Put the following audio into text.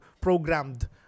programmed